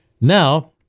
Now